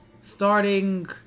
starting